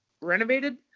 renovated